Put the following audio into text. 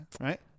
Right